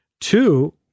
Two